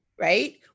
Right